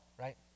right